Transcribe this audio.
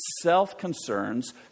self-concerns